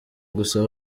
gusa